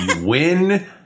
win